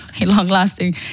Long-lasting